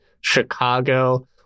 Chicago